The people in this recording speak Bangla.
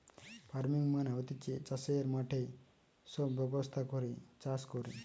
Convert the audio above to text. ফার্মিং মানে হতিছে চাষের মাঠে সব ব্যবস্থা করে চাষ কোরে